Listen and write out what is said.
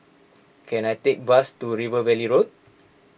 can I take a bus to River Valley Road